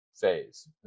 phase